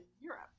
Europe